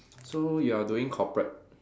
so you are doing corporate